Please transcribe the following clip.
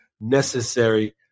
necessary